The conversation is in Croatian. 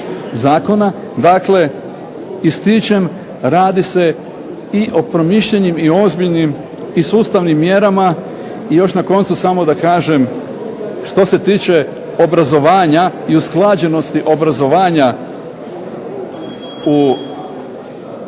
zakona, dakle ističem radi se o promišljenim i ozbiljnim i sustavnim mjerama i još na koncu samo da kažem što se tiče obrazovanja i usklađenosti obrazovanja